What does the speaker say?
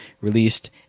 released